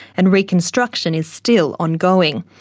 and reconstruction is still ongoing.